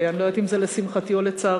ואני לא יודעת אם זה לשמחתי או לצערי,